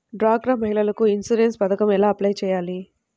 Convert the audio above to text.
డ్వాక్రా మహిళలకు ఇన్సూరెన్స్ పథకం ఎలా అప్లై చెయ్యాలి?